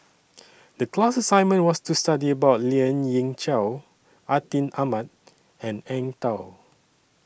The class assignment was to study about Lien Ying Chow Atin Amat and Eng Tow